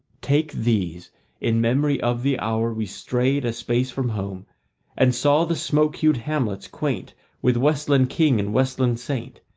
take these in memory of the hour we strayed a space from home and saw the smoke-hued hamlets, quaint with westland king and westland saint,